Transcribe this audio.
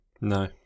No